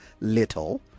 little